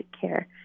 care